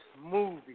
movie